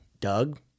Doug